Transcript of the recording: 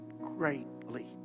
greatly